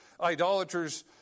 idolaters